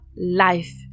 life